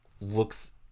looks